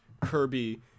Kirby